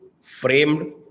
framed